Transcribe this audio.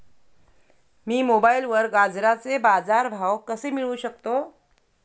मी मोबाईलवर गाजराचे बाजार भाव कसे मिळवू शकतो?